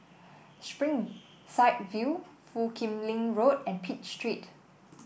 Springside View Foo Kim Lin Road and Pitt Street